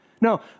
No